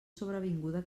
sobrevinguda